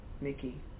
Mickey